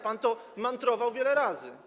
Pan to mantrował wiele razy.